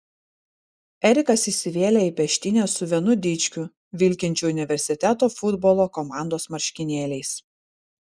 erikas įsivėlė į peštynes su vienu dičkiu vilkinčiu universiteto futbolo komandos marškinėliais